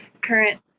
current